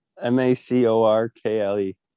M-A-C-O-R-K-L-E